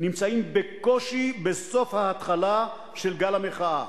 נמצאים בקושי בסוף ההתחלה של גל המחאה.